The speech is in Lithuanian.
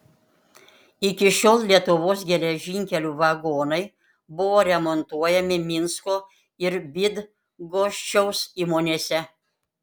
iki šiol lietuvos geležinkelių vagonai buvo remontuojami minsko ir bydgoščiaus įmonėse